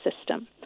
system